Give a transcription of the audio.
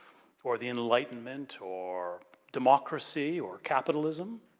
or the enlightenment, or democracy, or capitalism.